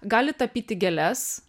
gali tapyti gėles